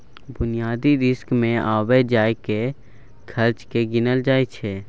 बुनियादी रिस्क मे आबय जाय केर खर्चो केँ गिनल जाय छै